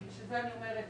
בשביל זה אני אומרת,